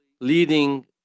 leading